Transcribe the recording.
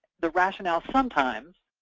the rationale, sometimes,